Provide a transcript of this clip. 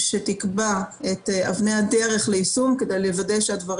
היו גם פניות מרובות כולל כמובן פניות